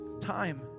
time